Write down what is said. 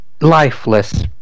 lifeless